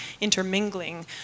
intermingling